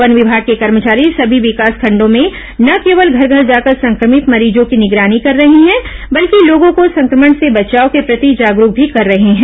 one विभाग के कर्मचारी सभी विकासखंडों में न केवल घर घर जाकर संक्रमित मरीजों की निगरानी कर रहे हैं बल्कि लोगों को संक्रमण से बचाव के प्रति जागरूक भी कर रहे हैं